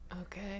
Okay